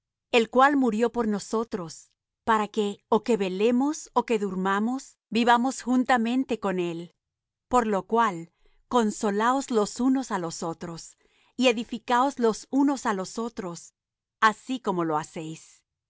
el cual murió por nosotros para que ó que velemos ó que durmamos vivamos juntamente con él por lo cual consolaos los unos á los otros y edificaos los unos á los otros así como lo hacéis